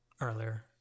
earlier